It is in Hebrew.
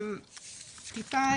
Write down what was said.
נעבור טיפה